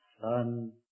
son